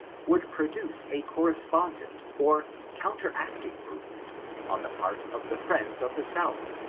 would produce a correspondent, or counteracting movement on the part of the friends of the south.